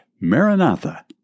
Maranatha